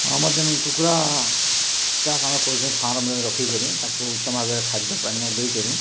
ଆମର୍ ଯେନ୍ କୁକୁଡ଼ା ଚାଷ୍ ଆମେ କରୁଛୁଁ ଫାର୍ମ୍ରେ ରଖିକରି ତାକୁ ଉତ୍ତମ୍ ଭାବରେ ଖାଦ୍ୟ ପାନୀୟ ଦେଇକରି